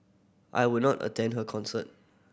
I would not attend her concert